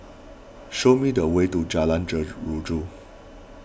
show me the way to Jalan Jeruju